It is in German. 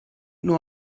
nur